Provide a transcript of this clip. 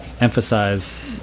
emphasize